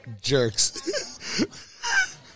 jerks